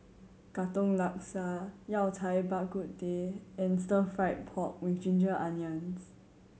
Katong Laksa Yao Cai Bak Kut Teh and Stir Fried Pork With Ginger Onions